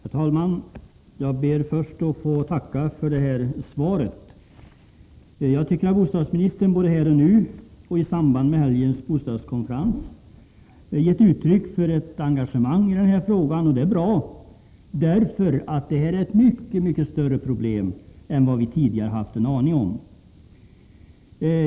Herr talman! Jag ber först att få tacka för svaret. Jag tycker att bostadsministern både här i dag och i samband med helgens bostadskonferens gett uttryck för ett engagemang i denna fråga, och det är bra. Det här är nämligen ett mycket större problem än vi tidigare anat.